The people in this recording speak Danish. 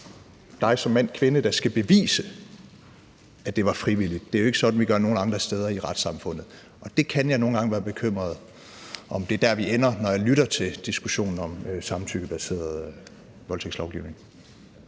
dig som mand/kvinde, der skal bevise, at det var frivilligt. Det er jo ikke sådan, vi gør, nogle andre steder i retssamfundet. Og det kan jeg nogle gange være bekymret for – altså om det er der, vi ender – når jeg lytter til diskussionen om samtykkebaseret voldtægtslovgivning.